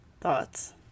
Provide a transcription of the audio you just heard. thoughts